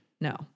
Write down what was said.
no